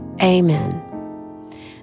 Amen